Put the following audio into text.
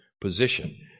position